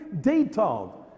detailed